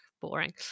boring